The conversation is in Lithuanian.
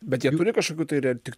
bet jie turi kažkokių tai re tik